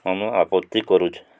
ଆମ ଆପତ୍ତି କରୁଛୁ